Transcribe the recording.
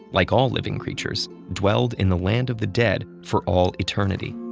like all living creatures, dwelled in the land of the dead for all eternity,